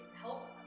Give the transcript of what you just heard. help